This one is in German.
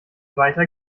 weiter